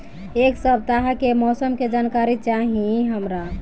एक सपताह के मौसम के जनाकरी चाही हमरा